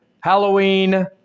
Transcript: Halloween